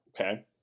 okay